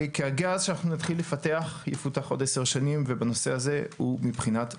כי הגז שנתחיל לפתח יפותח עוד עשר שנים ובנושא הזה הוא בבחינת פלסטר.